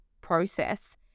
process